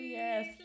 yes